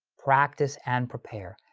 practice and prepare,